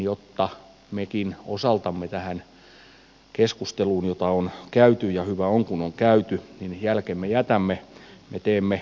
jotta mekin osaltamme tähän keskusteluun jota on käyty ja hyvä on kun on käyty jälkemme jätämme me teemme lausumaehdotuksen